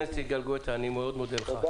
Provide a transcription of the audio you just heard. אני מאוד מודה לך,